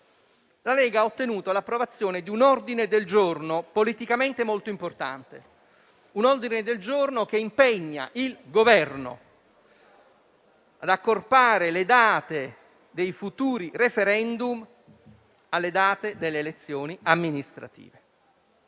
la Lega ha ottenuto l'approvazione di un ordine del giorno, politicamente molto importante, che impegna il Governo ad accorpare le date dei futuri *referendum* alle date delle elezioni amministrative.